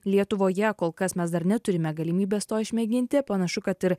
lietuvoje kol kas mes dar neturime galimybės to išmėginti panašu kad ir